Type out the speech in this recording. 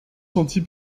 sentie